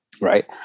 Right